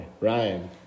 Ryan